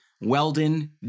weldon